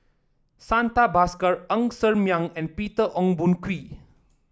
Santha Bhaskar Ng Ser Miang and Peter Ong Boon Kwee